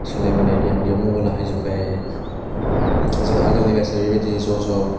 सोलायबोनाय गेम बेयाव मबाइल हायजोब्बाय जों आगोलनि बायसारि बायदि ज' ज'